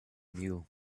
meal